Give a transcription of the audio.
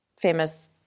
famous